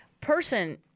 person